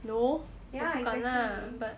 no 我不敢啦 but